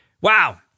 Wow